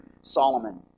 Solomon